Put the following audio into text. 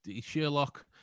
Sherlock